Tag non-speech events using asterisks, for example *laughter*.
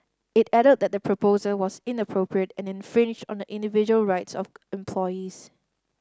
it added that the proposal was inappropriate and infringed on the individual rights of *unintelligible* employees